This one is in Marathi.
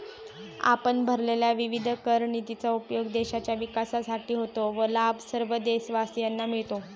आपण भरलेल्या विविध कर निधीचा उपयोग देशाच्या विकासासाठी होतो व लाभ सर्व देशवासियांना मिळतो